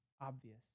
obvious